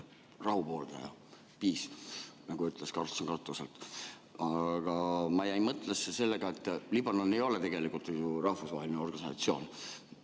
rahu pooldaja. Peace, nagu ütles Karlsson katuselt. Aga ma jäin mõttesse, et Liibanon ei ole tegelikult ju rahvusvaheline organisatsioon.